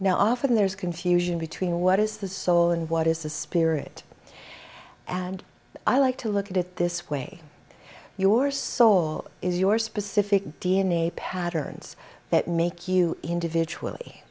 now often there's confusion between what is the soul and what is the spirit and i like to look at it this way your saw is your specific d n a patterns that make you individually